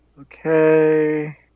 Okay